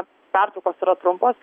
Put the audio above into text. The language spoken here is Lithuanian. na pertraukos yra trumpos